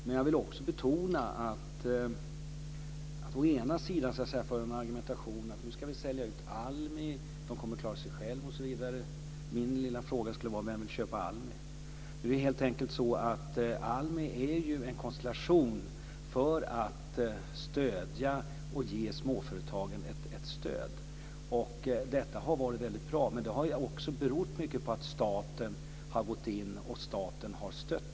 Men jag vill betona hur man t.ex. för en argumentation att sälja ut ALMI och att de ska klara sig själva. Min lilla fråga blir: Vem vill köpa ALMI? ALMI är en konstellation för att stödja småföretagen. Detta har varit bra. Det har berott på att staten har givit stöd.